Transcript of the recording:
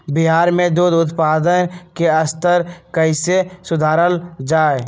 बिहार में दूध उत्पादन के स्तर कइसे सुधारल जाय